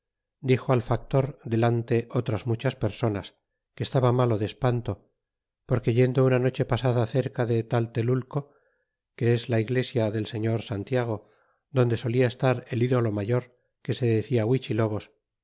dixo al factor deante otras muchas personas que estaba malo de espanto porque yendo una noche pasada cerca del taltelulco que es la iglesia del señor santiago donde solia estar el ídolo mayor que se decia